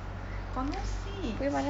got no seats